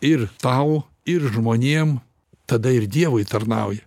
ir tau ir žmonėm tada ir dievui tarnauji